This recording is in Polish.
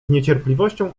niecierpliwością